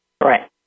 Right